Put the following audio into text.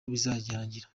bizarangira